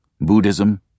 Buddhism